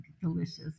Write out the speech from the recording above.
delicious